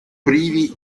privi